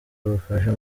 ubufasha